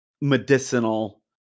medicinal